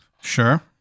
Sure